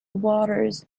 waters